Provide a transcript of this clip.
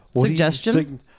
suggestion